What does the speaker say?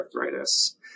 arthritis